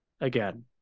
Again